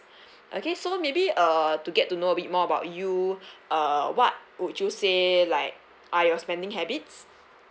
okay so maybe err to get to know a bit more about you uh what would you say like uh your spending habits